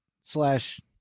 slash